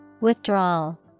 Withdrawal